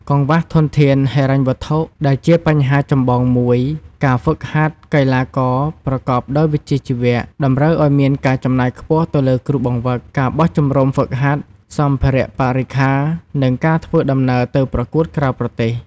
កង្វះធនធានហិរញ្ញវត្ថុ ដែលជាបញ្ហាចម្បងមួយ ការហ្វឹកហាត់កីឡាករប្រកបដោយវិជ្ជាជីវៈ តម្រូវឱ្យមានការចំណាយខ្ពស់ទៅលើគ្រូបង្វឹក ការបោះជំរុំហ្វឹកហាត់ សម្ភារៈបរិក្ខារ និងការធ្វើដំណើរទៅប្រកួតក្រៅប្រទេស។